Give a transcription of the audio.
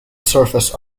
surface